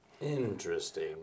Interesting